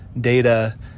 data